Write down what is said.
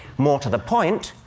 more to the point,